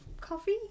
coffee